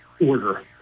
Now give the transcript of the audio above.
order